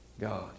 God